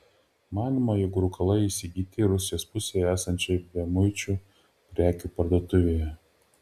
manoma jog rūkalai įsigyti rusijos pusėje esančioje bemuičių prekių parduotuvėje